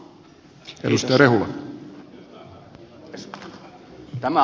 arvoisa herra puhemies